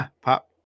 pop